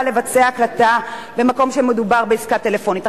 לבצע הקלטה במקום שמדובר בעסקה טלפונית.